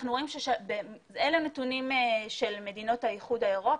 אלה נתונים של מדינות האיחוד האירופי,